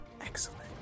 Excellent